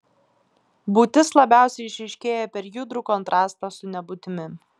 būtis labiausiai išryškėja per judrų kontrastą su nebūtimi